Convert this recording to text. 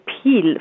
appeal